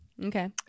Okay